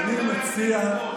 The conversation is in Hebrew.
אתה יודע בדיוק על מה אני מדבר.